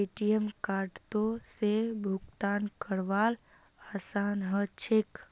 ATM कार्डओत से भुगतान करवार आसान ह छेक